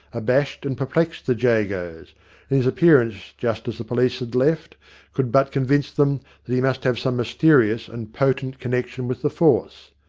abashed and perplexed the jagos, his appearance just as the police had left could but convince them that he must have some mysterious and potent connection with the force.